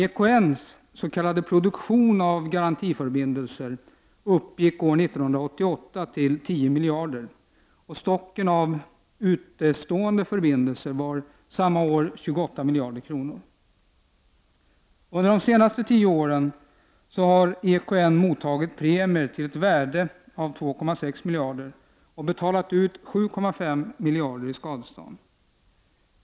EKN:s s.k. produktion av garantiförbindelser uppgick år 1988 till 10 miljarder, och stocken av utestående förbindelser var samma år 28 miljarder. Under de senaste tio åren har EKN mottagit premier till ett värde av 2,6 miljarder och betalat ut 7,5 miljarder i skadestånd.